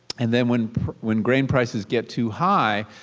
and then when when grain prices get too high,